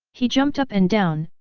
he jumped up and down,